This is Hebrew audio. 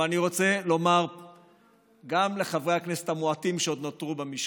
אבל אני רוצה לומר גם לחברי הכנסת המועטים שעוד נותרו במשכן: